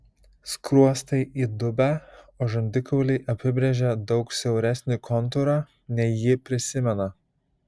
skruostai įdubę o žandikauliai apibrėžia daug siauresnį kontūrą nei ji prisimena